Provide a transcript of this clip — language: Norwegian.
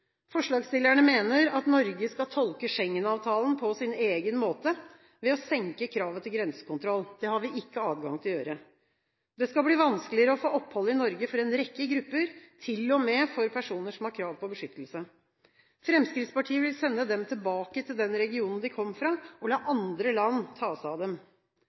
Forslagsstillerne mener at Norge skal tolke Schengen-avtalen på sin egen måte ved å senke kravet til grensekontroll. Det har vi ikke adgang til å gjøre. Det skal bli vanskeligere å få opphold i Norge for en rekke grupper, til og med for personer som har krav på beskyttelse. Fremskrittspartiet vil sende dem tilbake til den regionen de kom fra, og la andre land ta seg av dem.